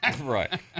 Right